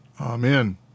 Amen